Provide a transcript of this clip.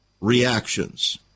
reactions